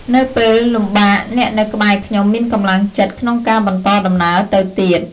នៅពេលលំបាកអ្នកនៅក្បែរខ្ញុំមានកម្លាំងចិត្តក្នុងការបន្តដំណើរទៅទៀត។